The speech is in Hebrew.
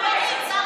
חברי הכנסת.